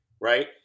right